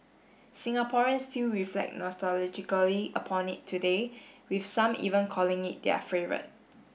Singaporeans still reflect nostalgically upon it today with some even calling it their favourite